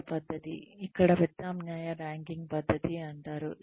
ఇతర పద్ధతి ఇక్కడ ప్రత్యామ్నాయ ర్యాంకింగ్ పద్ధతి అంటారు